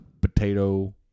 potato